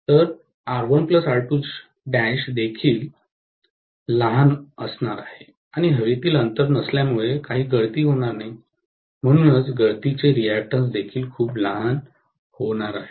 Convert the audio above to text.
तर R1 R 2 देखील लहान असणार आहे आणि हवेतील अंतर नसल्यामुळे काही गळतीही होणार नाही म्हणूनच गळतीचे रिअॅक्टन्स देखील खूप लहान होणार आहेत